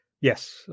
Yes